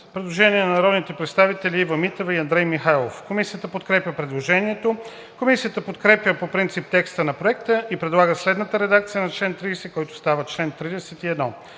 предложение на народните представители Ива Митева и Андрей Михайлов. Комисията подкрепя предложението. Комисията подкрепя по принцип текста на Проекта и предлага следната редакция на чл. 30, който става чл. 31: